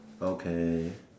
okay